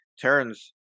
turns